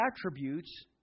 attributes